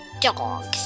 dogs